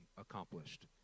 accomplished